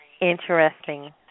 interesting